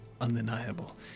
undeniable